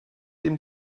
dem